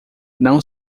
não